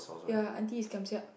ya auntie is kiamsiap